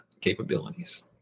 capabilities